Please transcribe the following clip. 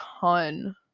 ton